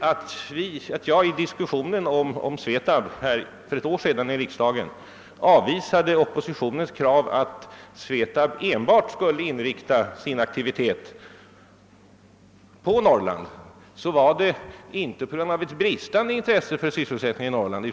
Att jag i diskussionen här i riksdagen om SVETAB för ett år sedan avvisade oppositionens krav på att SVETAB enbart skulle inrikta sin aktivitet på Norrland berodde inte på något bristande intresse för sysselsättningen i Norr land.